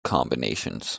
combinations